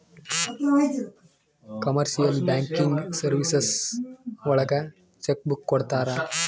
commercial banking services ಒಳಗ cheque book ಕೊಡ್ತಾರ